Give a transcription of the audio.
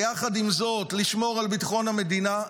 ויחד עם זאת לשמור על ביטחון המדינה.